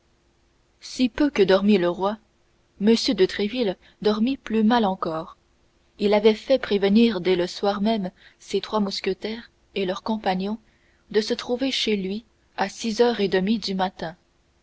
si peu que dormit le roi m de tréville dormit plus mal encore il avait fait prévenir dès le soir même ses trois mousquetaires et leur compagnon de se trouver chez lui à six heures et demie du matin